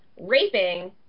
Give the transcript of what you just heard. raping